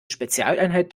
spezialeinheit